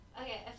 Okay